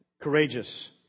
courageous